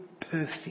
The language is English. perfect